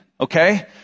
okay